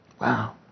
Wow